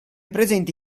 presente